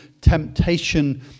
temptation